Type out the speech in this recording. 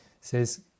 says